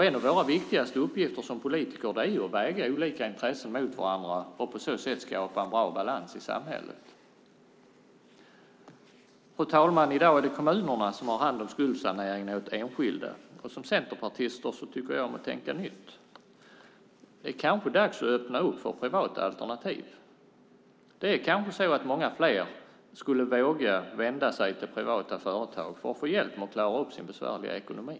En av våra viktigaste uppgifter som politiker är ju att väga olika intressen mot varandra och på så sätt skapa en bra balans i samhället. Fru talman! I dag är det kommunerna som har hand om skuldsaneringen åt enskilda. Som centerpartist tycker jag om att tänka nytt. Det är kanske dags att öppna för privata alternativ. Det är kanske så att många fler skulle våga vända sig till privata företag för att få hjälp med att klara upp sin besvärliga ekonomi.